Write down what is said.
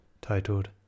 titled